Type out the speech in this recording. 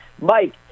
Mike